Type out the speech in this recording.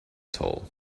tall